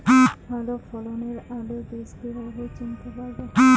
ভালো ফলনের আলু বীজ কীভাবে চিনতে পারবো?